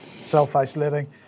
self-isolating